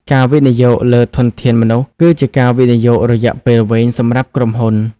ការវិនិយោគលើធនធានមនុស្សគឺជាការវិនិយោគរយៈពេលវែងសម្រាប់ក្រុមហ៊ុន។